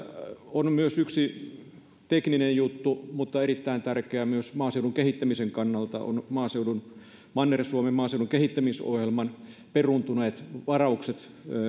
on myös yksi tekninen mutta erittäin tärkeä juttu myös maaseudun kehittämisen kannalta manner suomen maaseudun kehittämisohjelman peruuntuneet